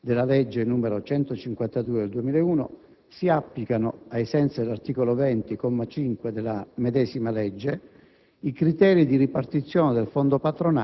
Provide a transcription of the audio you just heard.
della legge n. 152 del 2001, si applicano, ai sensi dell'articolo 20, comma 5, della medesima legge,